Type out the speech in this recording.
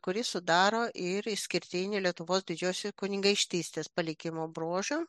kuris sudaro ir išskirtinį lietuvos didžiosios kunigaikštystės palikimo bruožą